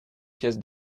pièce